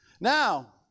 Now